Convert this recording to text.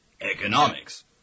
economics